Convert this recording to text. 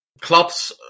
Klopp's